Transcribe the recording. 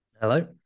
Hello